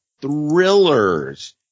thrillers